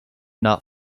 not